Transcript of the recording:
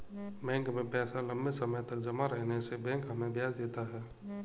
bank में पैसा लम्बे समय तक जमा रहने से बैंक हमें ब्याज देता है